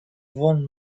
von